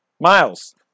Miles